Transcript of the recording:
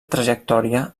trajectòria